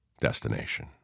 destination